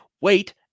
wait